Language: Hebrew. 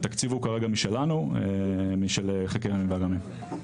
כרגע התקציב הוא משלנו, של חקר ימים ואגמים.